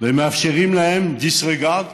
ומאפשרים להם שה-disregard,